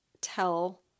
tell